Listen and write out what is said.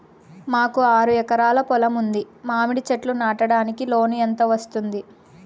మాకు ఆరు ఎకరాలు పొలం ఉంది, మామిడి చెట్లు నాటడానికి లోను ఎంత వస్తుంది?